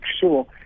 sure